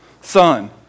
Son